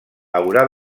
haurà